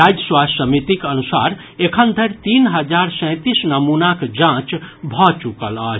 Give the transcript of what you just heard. राज्य स्वास्थ्य समितिक अनुसार एखन धरि तीन हजार सैंतीस नमूनाक जांच भऽ चुकल अछि